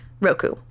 Roku